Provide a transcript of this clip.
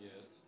Yes